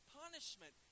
punishment